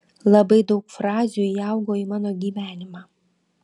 labai daug frazių įaugo į mano gyvenimą